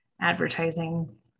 advertising